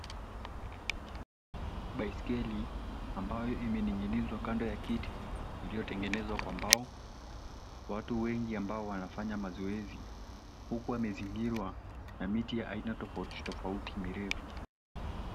Baiskeli, ambayo imening'inizwa kando ya kiti iliyotengenezwa kwa mbao. Watu wengi ambao wanafanya mazoezi huku wamezingirwa na miti ya aina tofauti tofauti mirefu